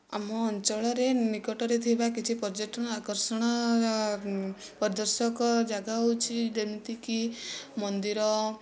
ଆମ ଅଞ୍ଚଳରେ ନିକଟରେ ଥିବା କିଛି ପର୍ଯ୍ୟଟନ ଆକର୍ଷଣ ପର୍ଯ୍ୟଟକ ଜାଗା ହେଉଛି ଯେମିତିକି ମନ୍ଦିର